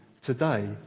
today